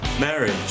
marriage